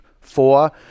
four